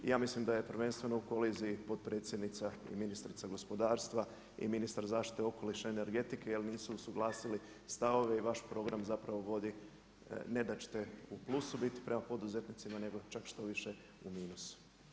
I ja mislim da je prvenstveno u koliziji potpredsjednica i ministrica gospodarstva i ministar zaštite okoliša i energetike jer nisu usuglasili stavove i vaš program zapravo vodi, ne da ćete u plusu biti prema poduzetnicima, nego čak štoviše u minusu.